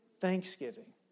thanksgiving